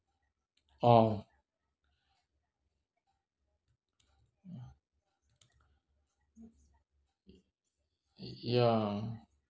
ah ya